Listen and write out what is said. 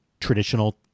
traditional